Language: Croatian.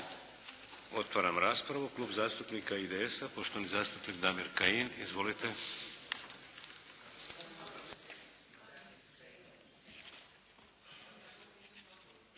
Otvaram raspravu. Klub zastupnika IDS-a poštovani zastupnik Damir Kajin. Izvolite.